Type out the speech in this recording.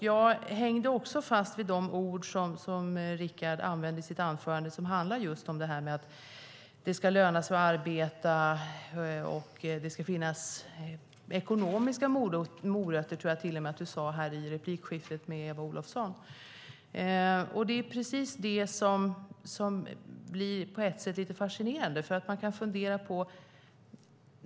Jag hängde också upp mig på de ord som Rickard Nordin använde i sitt anförande och som handlar just om att det ska löna sig att arbeta och att det ska finnas ekonomiska morötter, tror jag att han sade i replikskiftet med Eva Olofsson. Det är precis det som blir lite fascinerande.